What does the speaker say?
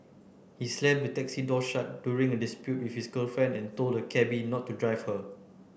he slammed the taxi door shut during a dispute with his girlfriend and told the cabby not to drive her